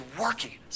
working